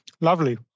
lovely